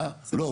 לא,